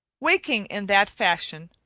waking in that fashion,